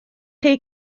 chi